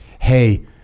hey